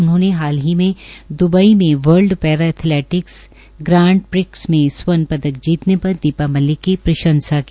उन्होंने हाल ही में दुबई में world para athletics grand prix में स्वर्ण पदक जीतने के लिए भी दीपा मलिक की प्रशंसा की